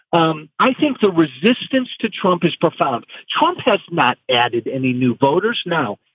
um i think the resistance to trump is profound. trump has not added any new voters. now,